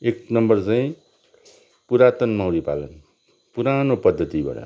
एक नम्बर चाहिँ पुरातन मौरी पालन पुरानो पद्धतिबाट